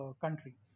country